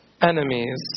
Enemies